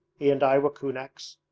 he and i were kunaks.